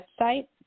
website